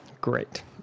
Great